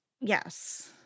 yes